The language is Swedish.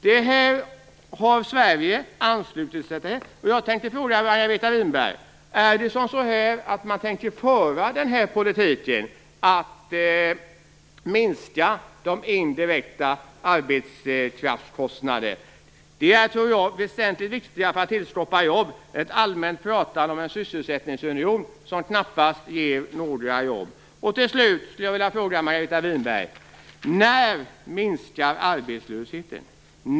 Detta har Sverige anslutit sig till. Jag tänkte fråga Margareta Winberg om man tänker föra den politiken att minska de indirekta arbetskraftskostnaderna. Jag tror att det är väsentligt viktigare för att tillskapa jobb än ett allmänt pratande om en sysselsättningsunion som knappast ger några jobb.